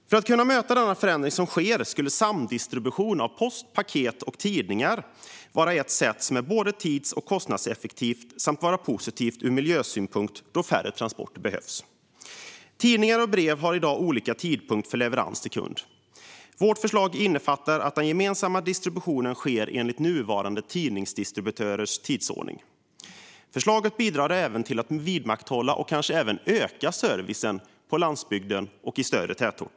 För att kunna möta denna förändring skulle samdistribution av post, paket och tidningar vara både tids och kostnadseffektivt. Det skulle också vara positivt ur miljösynpunkt då färre transporter behövs. Tidningar och brev har i dag olika tidpunkt för leverans till kund. Vårt förslag innefattar att den gemensamma distributionen sker enligt nuvarande tidningsdistributörers tidsordning. Förslaget skulle även bidra till att vidmakthålla och kanske också öka servicen på landsbygd och i större tätort.